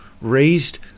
raised